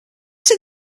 seen